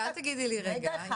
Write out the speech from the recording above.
אם